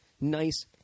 Nice